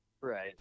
Right